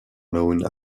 known